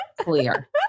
clear